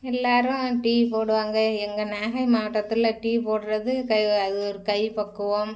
எல்லாரும் டீ போடுவாங்க எங்கள் நாகை மாவட்டத்தில் டீ போடுறது க அது ஒரு கை பக்குவம்